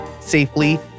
safely